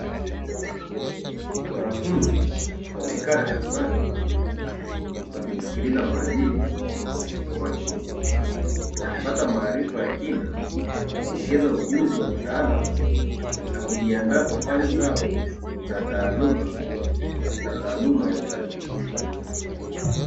Wanafunzi wamekaa darasani wakimsikiliza mhadhiri kwa makini, wakipata maarifa ya kina, kuongeza ujuzi wa kitaalamu na kujiandaa kwa fani zao za taaluma ya Utalii.